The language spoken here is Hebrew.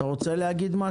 יכול להגיד לכם